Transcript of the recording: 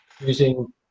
using